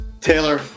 Taylor